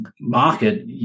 market